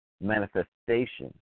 manifestation